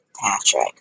Patrick